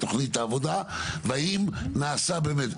לתוכנית העבודה ואם נעשה באמת.